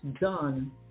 done